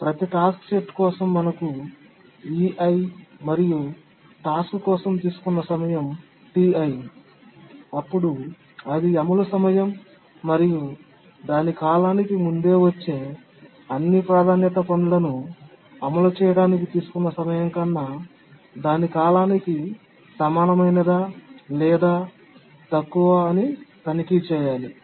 ప్రతి task set కోసం మనకు ei మరియు టాస్క్ కోసం తీసుకున్న సమయం ti అప్పుడు అది అమలు సమయం మరియు దాని కాలానికి ముందే వచ్చే అన్ని అధిక ప్రాధాన్యత పనులను అమలు చేయడానికి తీసుకున్న సమయం కన్నా దాని కాలానికి సమానమైనదా లేదా తక్కువ అని తనిఖీ చేయాలి